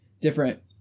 different